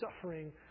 suffering